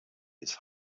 his